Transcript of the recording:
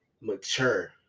mature